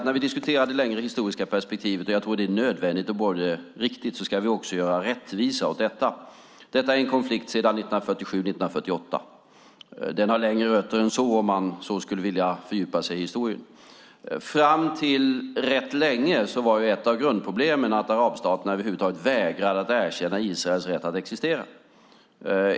När vi diskuterar det längre historiska perspektivet, vilket jag tror är både riktigt och nödvändigt att göra, ska vi också göra rättvisa åt det. Detta är en konflikt sedan 1947-1948. Den har längre rötter än så, om man skulle vilja fördjupa sig i historien. Fram till rätt nyligen var ett av grundproblemen att arabstaterna över huvud taget vägrade att erkänna Israels rätt att existera.